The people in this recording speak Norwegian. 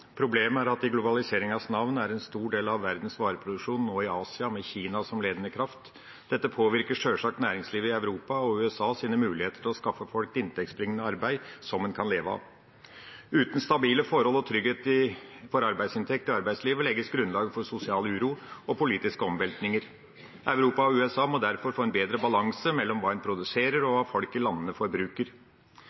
Problemet er at i globaliseringens navn er en stor del av verdens vareproduksjon nå i Asia, med Kina som ledende kraft. Dette påvirker sjølsagt næringslivet i Europa og USA sine muligheter til å skaffe folk inntektsbringende arbeid som en kan leve av. Uten stabile forhold og trygghet for arbeidsinntekt i arbeidslivet legges grunnlaget for sosial uro og politiske omveltninger. Europa og USA må derfor få en bedre balanse mellom hva en produserer og hva folk i landene forbruker.